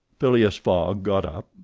phileas fogg got up,